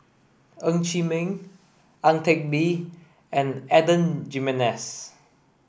Ng Chee Meng Ang Teck Bee and Adan Jimenez